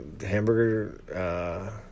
hamburger